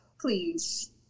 please